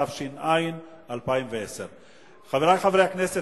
התש"ע 2010. חברי חברי הכנסת,